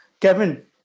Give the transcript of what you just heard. Kevin